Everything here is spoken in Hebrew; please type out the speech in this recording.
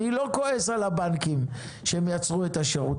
אני לא כועס על הבנקים שהם יצרו את השירות,